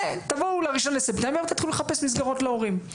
ותבואו ל-1 בספטמבר תתחילו לחפש מסגרות להורים.